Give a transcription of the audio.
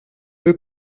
veux